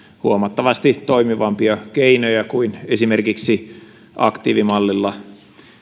huomattavasti toimivampia keinoja kuin esimerkiksi aktiivimallilla